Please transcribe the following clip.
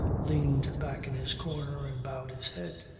leaned back in his corner and bowed his head.